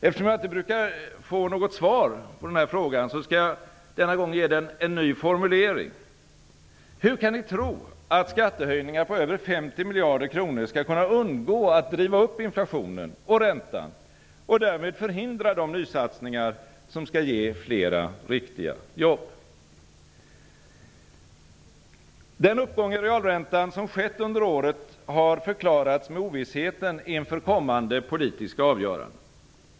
Eftersom jag inte brukar få något svar, skall jag denna gång ge frågan en ny formulering: "Hur kan ni tro att skattehöjningar på över 50 miljarder kronor skall kunna undgå att driva upp inflationen och räntan och därmed förhindra de nysatsningar som skall ge flera riktiga jobb?" Den uppgång i realräntan som skett under året har förklarats med ovissheten inför kommande politiska avgöranden.